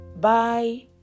bye